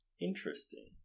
Interesting